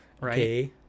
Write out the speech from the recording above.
right